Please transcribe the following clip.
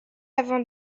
avant